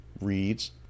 reads